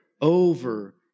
over